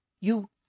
You